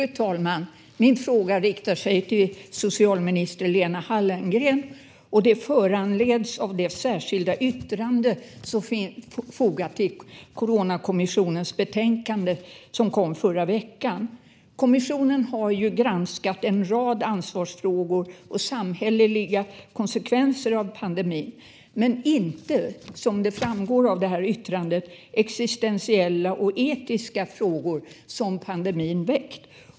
Fru talman! Min fråga riktas till socialminister Lena Hallengren, och den föranleds av det särskilda yttrande som finns fogat till Coronakommissionens betänkande som kom förra veckan. Kommissionen har granskat en rad ansvarsfrågor och samhälleliga konsekvenser av pandemin men inte, vilket framgår av yttrandet, existentiella och etiska frågor som pandemin väckt.